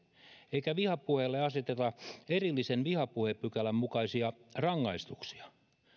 eikä vihapuheelle aseteta erillisen vihapuhepykälän mukaisia rangaistuksia